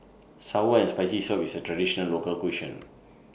Sour and Spicy Soup IS A Traditional Local Cuisine